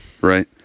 Right